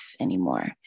anymore